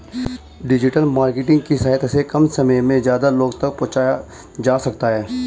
digital marketing की सहायता से कम समय में ज्यादा लोगो तक पंहुचा जा सकता है